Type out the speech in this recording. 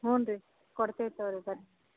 ಹ್ಞೂ ರೀ ಕೊಡ್ತೀವಿ ತೊಗೋರಿ ಬರ್ರಿ